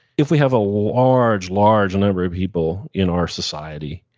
if we have a large, large number of people in our society